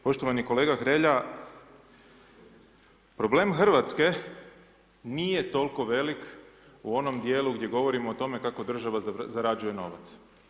Poštovani kolega Hrelja, problem Hrvatske nije toliko velik u onom djelu gdje govorimo o tome kako država zarađuje novac.